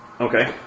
Okay